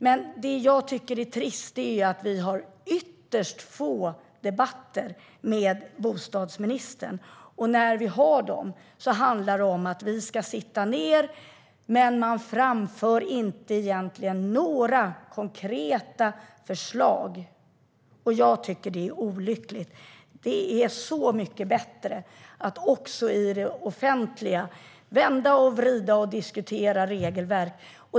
Men det jag tycker är trist är att vi har ytterst få debatter med bostadsministern och att de, när vi väl har dem, handlar om att vi ska sitta ned. Man framför egentligen inga konkreta förslag, och jag tycker att det är olyckligt. Det är så mycket bättre att också i det offentliga vända och vrida på - och diskutera - regelverk.